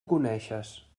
coneixes